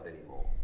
anymore